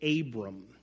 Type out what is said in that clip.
Abram